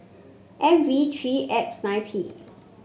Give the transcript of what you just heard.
M V three X nine P